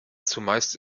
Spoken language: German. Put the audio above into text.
zumeist